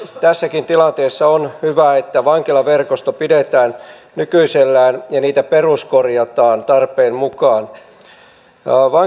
tässäkin tilanteessa on hyvä että vankilaverkosto pidetään nykyisellään ja vankiloita peruskorjataan tarpeen mukaan